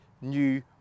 new